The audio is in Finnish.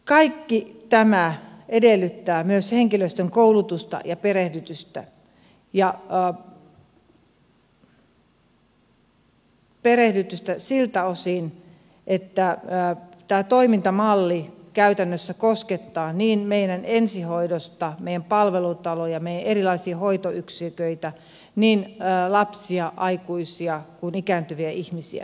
kaikki tämä edellyttää myös henkilöstön koulutusta ja perehdytystä siltä osin että tämä toimintamalli käytännössä koskettaa niin meidän ensihoitoa meidän palvelutaloja meidän erilaisia hoitoyksiköitä niin lapsia aikuisia kuin ikääntyviä ihmisiä